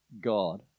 God